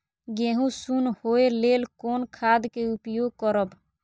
गेहूँ सुन होय लेल कोन खाद के उपयोग करब?